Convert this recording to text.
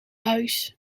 huis